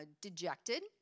dejected